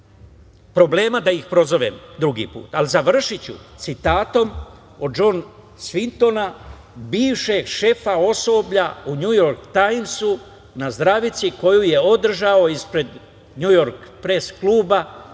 problem da ih prozovem drugi put, ali završiću citatom Džon Svintona, bivšeg šefa osoblja u „Njujork tajmsu“, na zdravici koju je održao ispred Njujork pres kluba